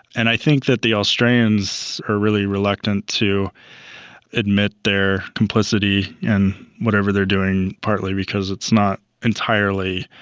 and i think that the australians are really reluctant to admit their complicity in whatever they're doing, partly because it's not entirely,